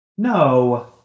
No